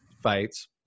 fights